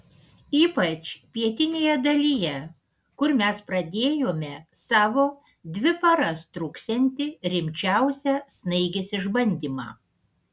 ypač pietinėje dalyje kur mes pradėjome savo dvi paras truksiantį rimčiausią snaigės išbandymą